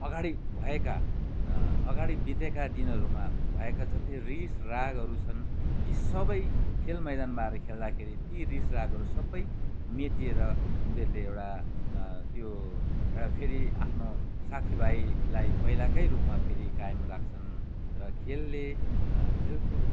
अघाडि भएका अघाडि बितेका दिनहरूमा भएका जति रिस रागहरू छन् ती सबै खेल मैदानमा आएर खेल्दाखेरि ती रिस रागहरू सबै मेटेर उनीहरूले एउटा त्यो एउटा फेरि आफ्नो साथीभाइलाई पहिलाकै रूपमा फेरि कायम राख्छन् र खेलले खेलकुद